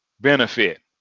benefit